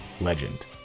legend